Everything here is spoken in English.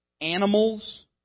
animals